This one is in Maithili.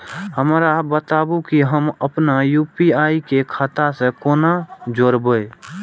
हमरा बताबु की हम आपन यू.पी.आई के खाता से कोना जोरबै?